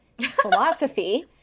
philosophy